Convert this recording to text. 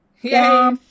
Yay